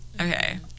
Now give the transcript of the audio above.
okay